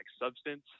substance